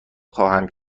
خواهم